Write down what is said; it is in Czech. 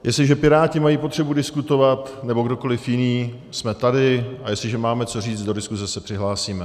Jestliže piráti mají potřebu diskutovat, nebo kdokoli jiný, jsme tady, a jestliže máme co říci, do diskuse se přihlásíme.